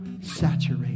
saturate